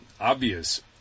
obvious